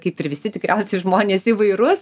kaip ir visi tikriausiai žmonės įvairus